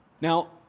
Now